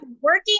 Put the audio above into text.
working